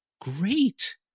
Great